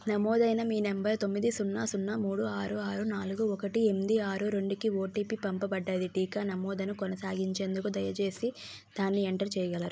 నమోదైన మీ నంబరు తొమ్మిది సున్నా సున్నా మూడు ఆరు ఆరు నాలుగు ఒకటి ఎంది ఆరు రెండుకి ఓటిపి పంపబడింది టీకా నమోదును కొనసాగించేందుకు దయచేసి దాన్ని ఎంటర్ చేయగలరు